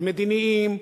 המדיניים,